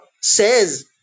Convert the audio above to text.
says